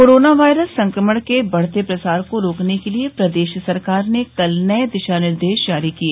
corona virus संक्रमण के बढ़ते प्रसार को रोकने के लिए प्रदेश सरकार ने कल नए दिशा निर्देश जारी किए